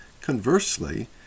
Conversely